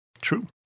True